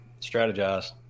strategize